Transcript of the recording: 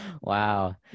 Wow